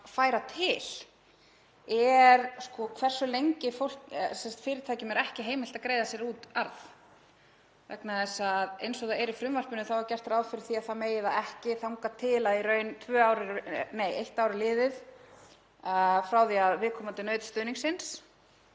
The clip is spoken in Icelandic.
færa til er hversu lengi fyrirtækjum er ekki heimilt að greiða sér út arð. Eins og það er í frumvarpinu er gert ráð fyrir því að það megi ekki þangað til eitt ár er liðið frá því að viðkomandi naut stuðningsins.